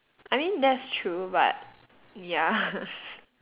I mean that's true but ya